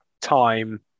time